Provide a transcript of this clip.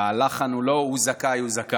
אני חושב שהלחן הוא לא: הוא זכאי, הוא זכאי.